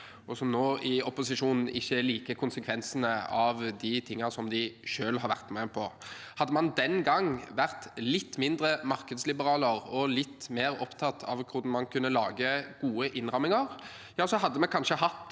og som nå, i opposisjon, ikke liker konsekvensene av de tingene som de selv har vært med på. Hadde man den gang vært litt mindre markedsliberalere og litt mer opptatt av hvordan man kunne lage gode innramminger, ja, så hadde vi kanskje